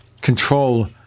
control